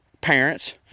parents